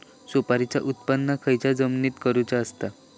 सुपारीचा उत्त्पन खयच्या जमिनीत करूचा असता?